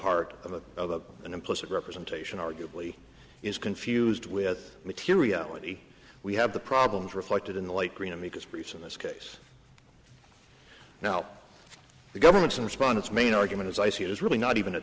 heart of an implicit representation arguably is confused with materiality we have the problems reflected in the light green amicus briefs in this case now the government's in respond its main argument as i see it is really not even a